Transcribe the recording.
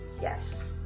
Yes